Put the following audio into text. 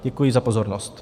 Děkuji za pozornost.